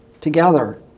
together